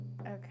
okay